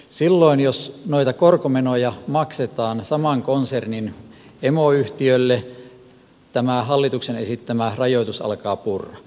silloin jos noita korkomenoja maksetaan saman konsernin emoyhtiölle tämä hallituksen esittämä rajoitus alkaa purra